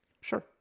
Sure